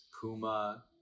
Puma